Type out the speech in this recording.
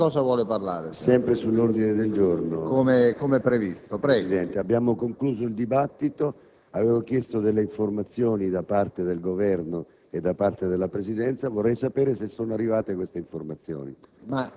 Abbiamo concluso il dibattito;